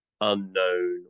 unknown